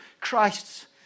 Christ's